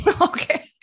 okay